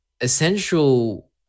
essential